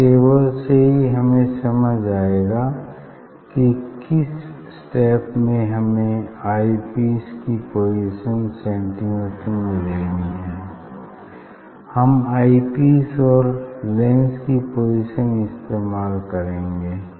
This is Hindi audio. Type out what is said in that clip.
इस टेबल से ही हमें समझ आएगा कि किस स्टेप में हमें आई पीस की पोजीशन सेंटीमीटर में लेनी है हम आई पीस और लेंस की पोजीशन इस्तेमाल करेंगे